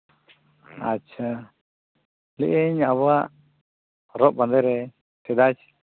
ᱟᱪᱪᱷᱟ ᱟᱵᱚᱣᱟᱜ ᱦᱚᱨᱚᱜ ᱵᱟᱸᱫᱮ ᱨᱮ ᱥᱮᱫᱟᱭ